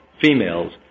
females